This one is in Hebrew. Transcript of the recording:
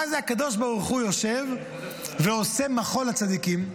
מה זה הקדוש ברוך יושב ועושה מחול לצדיקים?